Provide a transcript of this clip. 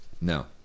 no